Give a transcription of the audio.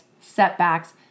setbacks